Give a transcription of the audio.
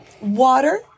Water